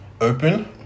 open